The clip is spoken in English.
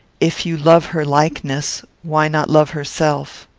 if you love her likeness, why not love herself?